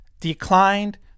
declined